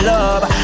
Love